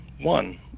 one